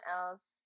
else